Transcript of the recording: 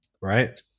right